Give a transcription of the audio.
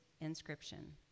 inscription